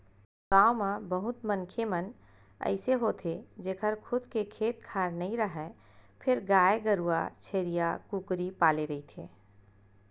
गाँव म बहुत मनखे मन अइसे होथे जेखर खुद के खेत खार नइ राहय फेर गाय गरूवा छेरीया, कुकरी पाले रहिथे